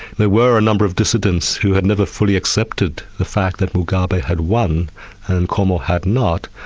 there were a number of dissidents who had never fully accepted the fact that mugabe had won and nkomo had not.